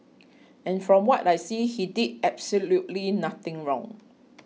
and from what I see he did absolutely nothing wrong